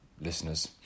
listeners